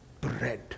bread